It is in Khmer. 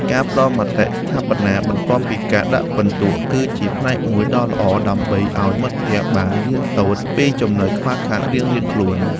ការផ្ដល់មតិស្ថាបនា បន្ទាប់ពីការដាក់ពិន្ទុ គឺជាផ្នែកមួយដ៏ល្អដើម្បីឱ្យមិត្តភក្តិបានរៀនសូត្រពីចំណុចខ្វះខាតរៀងៗខ្លួន។